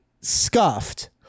scuffed